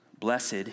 Blessed